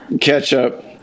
Ketchup